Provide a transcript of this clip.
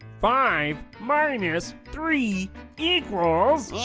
five minus three equals.